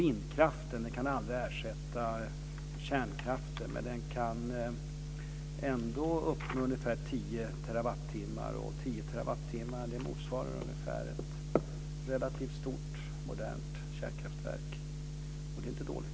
Vindkraften kan aldrig ersätta kärnkraften, men den kan ändå uppnå ungefär 10 terawattimmar, och 10 terawattimmar motsvarar ungefär ett relativt stort modernt kärnkraftverk, och det är inte dåligt.